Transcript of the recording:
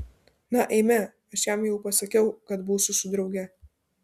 na eime aš jam jau pasakiau kad būsiu su drauge